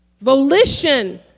Volition